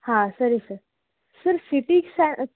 ಹಾಂ ಸರಿ sir sir C T San